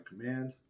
command